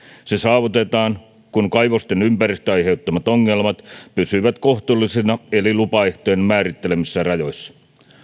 se saavutetaan kun kaivosten ympäristölle aiheuttamat ongelmat pysyvät kohtuullisina eli lupaehtojen määrittelemissä rajoissa